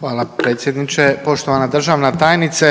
Hvala predsjedniče. Poštovana državna tajnice